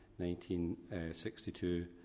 1962